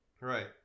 Right